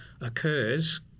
occurs